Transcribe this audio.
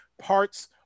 parts